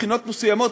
מבחינות מסוימות,